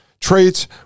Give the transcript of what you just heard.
Traits